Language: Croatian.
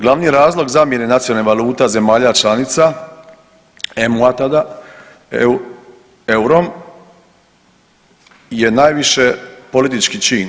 Glavni razlog zamjene nacionalnih valuta zemalja članica EMU-a tada EUR-om je najviše politički čin.